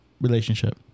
relationship